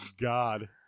God